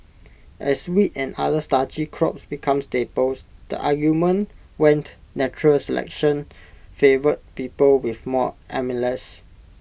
as wheat and other starchy crops became staples the argument went natural selection favoured people with more amylase